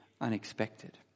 unexpected